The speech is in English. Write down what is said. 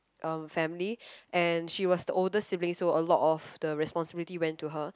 um family and she was the oldest sibling so a lot of the responsibility went to her